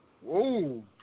Whoa